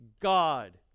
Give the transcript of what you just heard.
God